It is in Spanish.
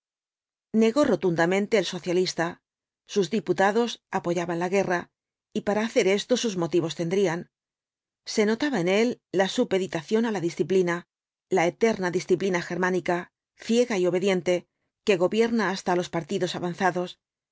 negó rotundamente el socialista sus diputados apoyaban la guerra y para hacer esto sus motivos tendrían se notaba en él la supeditación á la disciplina la eterna disciplina germánica ciega y obediente que gobierna hasta á los partidos avanzados